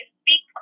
speak